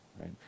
right